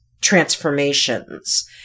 transformations